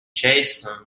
jason